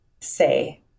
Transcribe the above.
say